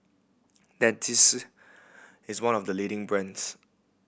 Dentiste is one of the leading brands